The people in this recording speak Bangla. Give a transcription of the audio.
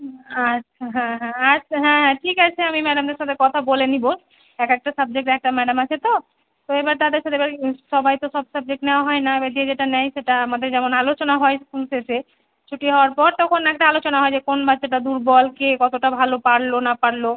হুম আচ্ছা হ্যাঁ হ্যাঁ আচ্ছা হ্যাঁ হ্যাঁ ঠিক আছে আমি ম্যাডামদের সাথে কথা বলে নিব এক একটা সাবজেক্ট এক একটা ম্যাডাম আছে তো তো এবার তাদের সবাই সবাই তো সব সাবজেক্ট নেওয়া হয় না এবার যে যেটা নেয় সেটা আমাদের যেমন আলোচনা হয় স্কুল থেকে ছুটি হওয়ার পর তখন একটা আলোচনা হয় যে কোন বাচ্চাটা দুর্বল কে কতটা ভালো পারলো না পারলো